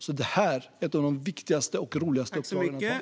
Detta är alltså ett av de viktigaste och roligaste uppdragen.